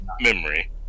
memory